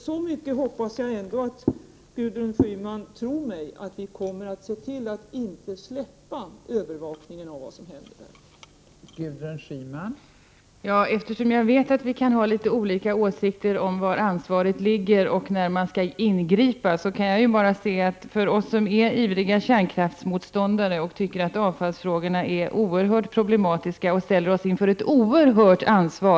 Jag hoppas ändå att Gudrun Schyman tror mig när jag säger att vi inte kommer att släppa övervakningen av vad som händer i Sellafield.